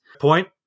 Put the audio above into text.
Point